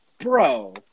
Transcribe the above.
bro